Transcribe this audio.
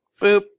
Boop